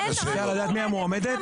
אין עוד מועמדת.